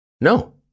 No